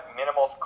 minimal